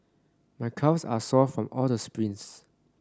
my calves are sore from all the sprints